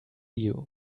you